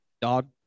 dog